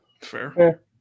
Fair